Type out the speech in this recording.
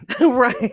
right